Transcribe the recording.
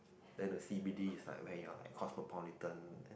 then the C_D_B is like where you're like cosmopolitan